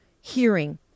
hearing